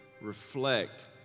reflect